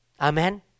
Amen